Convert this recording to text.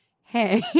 hey